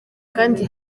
kandi